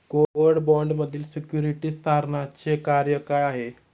Court बाँडमधील securities तारणाचे कार्य काय आहे?